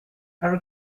our